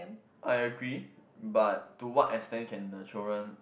I agree but to what extent can the children